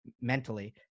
mentally